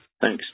Thanks